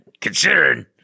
considering